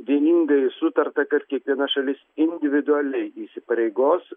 vieningai sutarta kad kiekviena šalis individualiai įsipareigos